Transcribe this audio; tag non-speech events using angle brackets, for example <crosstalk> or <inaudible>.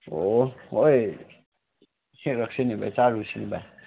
ꯑꯣ ꯍꯣꯏ <unintelligible> ꯕꯥꯏ ꯆꯥꯔꯨꯁꯤꯅꯦ ꯕꯥꯏ